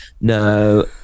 No